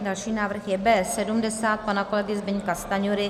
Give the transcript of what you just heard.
Další návrh je B70 pana kolegy Zbyňka Stanjury.